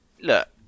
look